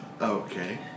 Okay